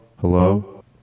Hello